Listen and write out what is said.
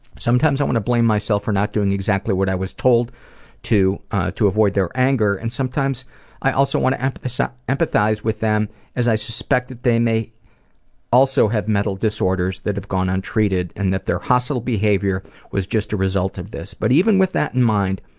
sometimes i want to blame myself for not doing exactly what i was told to to avoid their anger, and sometimes i also want to empathize ah empathize with them as i suspect that they may also have mental disorders that have gone untreated, and that their hostile behavior was just a result of this. but even with that in mind,